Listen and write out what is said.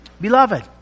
Beloved